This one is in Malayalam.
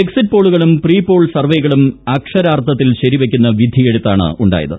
എക്സിറ്റ് പോളുകളും പ്രീ പ്പോൾ സർവേകളും അക്ഷരാർത്ഥത്തിൽ ശരിവെക്കുന്ന വിധിഉയഴുത്താണ് ഉണ്ടായത്